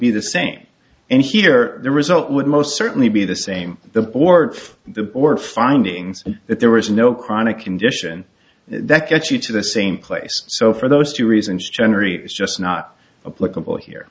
be the same and here the result would most certainly be the same the board for the or findings that there was no chronic condition that gets you to the same place so for those two reasons generally it is just not